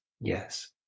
Yes